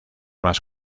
más